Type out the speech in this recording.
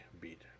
beat